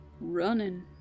running